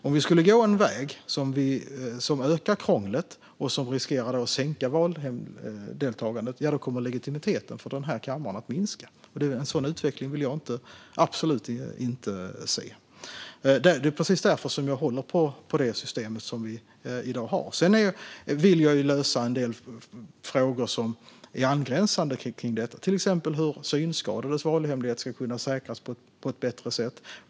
Om vi skulle gå en väg som ökar krånglet och då riskerar att minska valdeltagandet kommer legitimiteten för den här kammaren att minska. En sådan utveckling vill jag absolut inte se. Det är precis därför som jag håller på det system som vi i dag har. Sedan vill jag lösa en del frågor som är angränsande till denna, till exempel hur synskadades valhemlighet ska kunna säkras på ett bättre sätt.